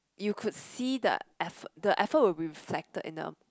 you could see the effo~ the effort would be reflected in a